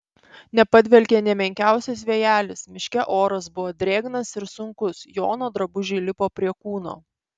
nepadvelkė nė menkiausias vėjelis miške oras buvo drėgnas ir sunkus jono drabužiai lipo prie kūno